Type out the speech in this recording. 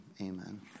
Amen